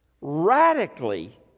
radically